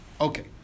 Okay